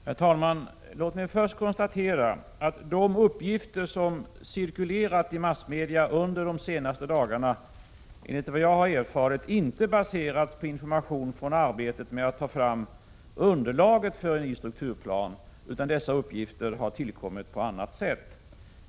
Herr talman! Låt mig först konstatera att de uppgifter som cirkulerat i massmedia under de senaste dagarna inte, enligt vad jag erfarit, baseras på information om arbetet med att ta fram underlag för en ny strukturplan. Dessa uppgifter har tillkommit på annat sätt.